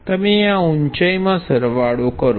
તમે આ ઉંચાઇમાં સરવાળો કરો